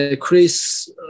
Chris